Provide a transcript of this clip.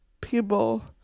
people